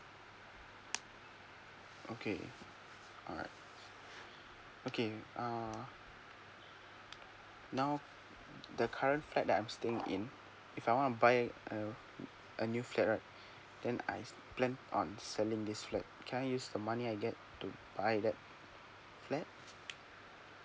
okay alright okay uh now the current flat that I'm staying in if I want buy a a new flat right then I plan on selling this flat can I use the money I get to buy that flat